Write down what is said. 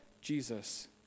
Jesus